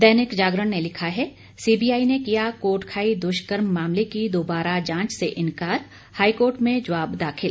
दैनिक जागरण ने लिखा है सीबीआई ने किया कोटखाई दुष्कर्म मामले की दोबारा जांच से इन्कार हाईकोर्ट में जवाब दाखिल